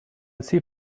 see